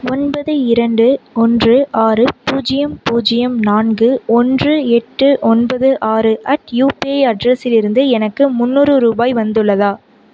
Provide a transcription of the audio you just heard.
ஒன்பது இரண்டு ஒன்று ஆறு பூஜ்ஜியம் பூஜ்ஜியம் நான்கு ஒன்று எட்டு ஒன்பது ஆறு அட் யூபிஐ அட்ரஸிலிருந்து எனக்கு முந்நூறு ரூபாய் வந்துள்ளதா